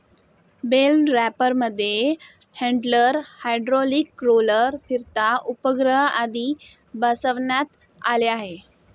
bell रॅपरमध्ये handler, hydraulic roller, फिरता उपग्रह आदी बसवण्यात आले आहे